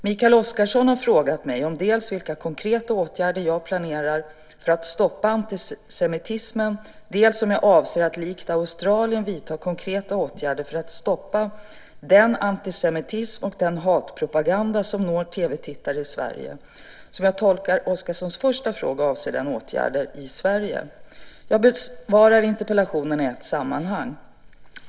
Mikael Oscarsson har frågat mig dels vilka konkreta åtgärder jag planerar för att stoppa antisemitismen, dels om jag avser att likt Australien vidta konkreta åtgärder för att stoppa den antisemitism och den hatpropaganda som når TV-tittare i Sverige. Som jag tolkar Oscarssons första fråga avser den åtgärder i Sverige. Jag besvarar interpellationerna i ett sammanhang.